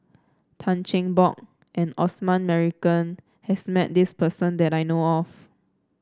Tan Cheng Bock and Osman Merican has met this person that I know of